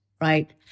right